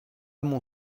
mon